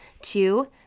Two